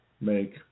make